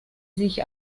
sich